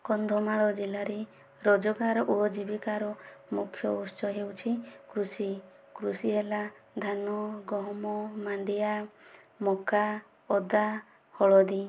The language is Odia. କନ୍ଧମାଳ ଜିଲ୍ଲାରେ ରୋଜଗାର ଓ ଜୀବିକାର ମୁଖ୍ୟ ଉତ୍ସ ହେଉଛି କୃଷି କୃଷି ହେଲା ଧାନ ଗହମ ମାଣ୍ଡିଆ ମକା ଅଦା ହଳଦୀ